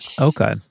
Okay